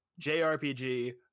JRPG